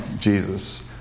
Jesus